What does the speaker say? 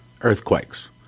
Earthquakes